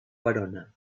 verona